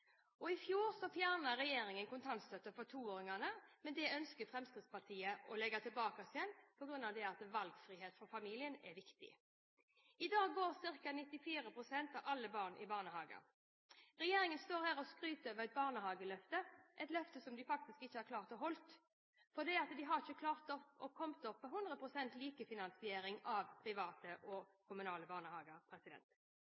over. I fjor fjernet regjeringen kontantstøtten for toåringene, men det ønsker Fremskrittspartiet å legge tilbake igjen på grunn av at valgfriheten for familiene er viktig. I dag går ca. 94 pst. av alle barn i barnehage. Regjeringen står her og skryter av barnehageløftet, et løfte som de faktisk ikke har klart å holde, for de har ikke klart å komme opp på 100 pst. lik finansiering av private